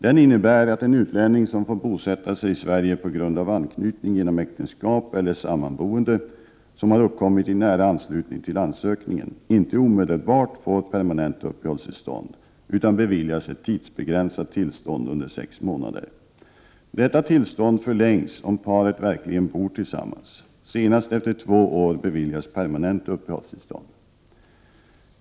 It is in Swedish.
Den innebär att en utlänning som får bosätta sig i Sverige på grund av anknytning genom äktenskap eller sammanboende som har uppkommit i nära anslutning till ansökningen inte omedelbart får permanent uppehållstillstånd, utan beviljas ett tidsbegränsat tillstånd under sex månader. Detta tillstånd förlängs om paret verkligen bor tillsammans. Senast efter två år beviljas permanent uppehållstillstånd.